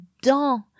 dans